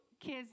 kids